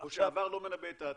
או שהעבר לא מנבא את העתיד?